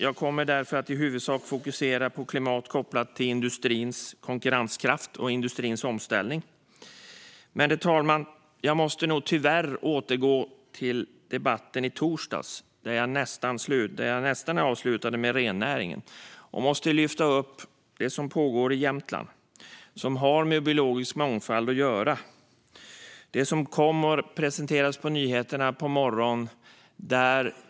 Jag kommer därför i huvudsak att fokusera på klimat kopplat till industrins konkurrenskraft och industrins omställning. Herr talman! Jag måste nog tyvärr återgå till debatten i torsdags, där jag tog upp rennäringen. Jag måste lyfta fram det som pågår i Jämtland och som har med biologisk mångfald att göra. Det presenterades på nyheterna på morgonen.